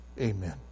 amen